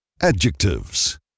Adjectives